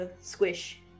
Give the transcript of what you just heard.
squish